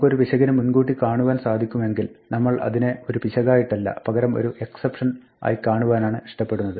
നമുക്ക് ഒരു പിശകിനെ മുൻകൂട്ടി കാണുവാൻ സാധിക്കുമെങ്കിൽ നമ്മൾ അതിനെ ഒരു പിശകായിട്ടല്ല പകരം ഒരു എക്സപ്ഷൻ ആയി കാണുവാനാണ് ഇഷ്ടപ്പെടുന്നത്